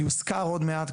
זה יוזכר עוד מעט,